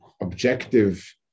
objective